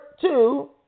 two